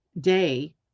day